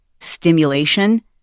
stimulation